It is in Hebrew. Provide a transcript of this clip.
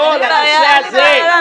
אבל --- אין לי בעיה להמתין.